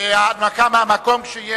הנמקה מהמקום,